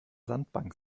sandbank